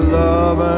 love